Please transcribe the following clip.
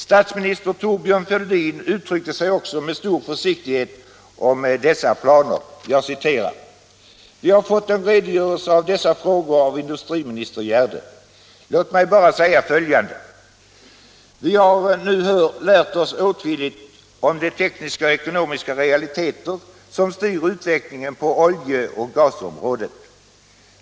Statsminister Thorbjörn Fälldin uttryckte sig också med stor försiktighet om dessa planer: ”Vi har fått en redogörelse för dessa frågor av industriminister Gjerde. Låt mig bara säga följande. Vi har nu lärt oss åtskilligt om de tekniska och ekonomiska realiteter som styr utvecklingen på oljeoch gasområdet.